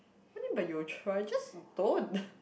what do you mean by you will try just don't